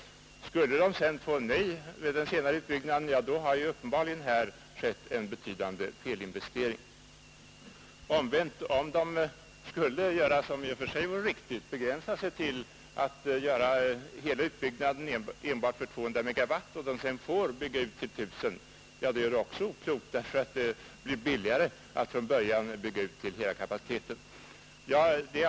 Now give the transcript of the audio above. Om man då skulle få nej på sin ansökan om den senare utbyggnaden, så har man uppenbarligen gjort betydande felinvesteringar. Gör man däremot så, som i och för sig vore riktigt, att man begränsar sig till en utbyggnad till 200 megawatt och sedan får bygga ut till I 000 megawatt, så är också det ofördelaktigt, eftersom det naturligtvis är billigare att redan från början bygga ut anläggningen för den större kapaciteten.